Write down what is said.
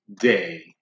day